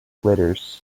glitters